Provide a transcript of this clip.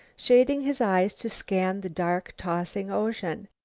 shading his eyes to scan the dark, tossing ocean.